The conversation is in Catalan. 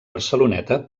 barceloneta